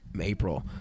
April